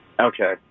Okay